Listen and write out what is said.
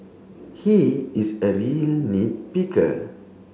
he is a real nit picker